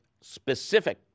specific